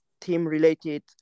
team-related